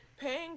Paying